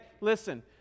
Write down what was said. listen